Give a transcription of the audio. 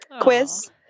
quiz